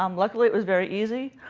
um luckily, it was very easy.